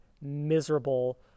miserable